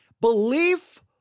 Belief